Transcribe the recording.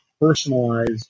personalized